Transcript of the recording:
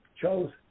chose